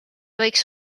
võiks